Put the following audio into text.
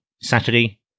Saturday